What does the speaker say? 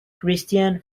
christian